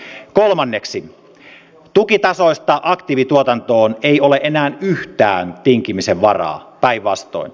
kolmanneksi tukitasoista aktiivituotantoon ei ole enää yhtään tinkimisen varaa päinvastoin